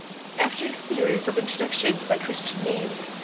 after a series of introductions by christian names,